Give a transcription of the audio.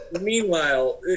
Meanwhile